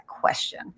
Question